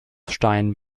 stein